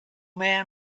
man